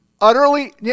Utterly